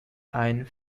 einen